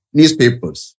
Newspapers